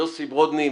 יוסי ברודני,